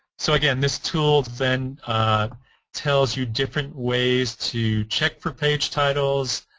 so again this tool then tells you different ways to check for page titles,